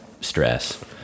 stress